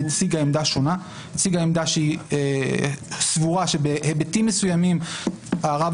היא הציגה עמדה שהיא סבורה שבהיבטים מסוימים הרב